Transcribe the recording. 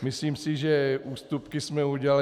Myslím si, že ústupky jsme udělali.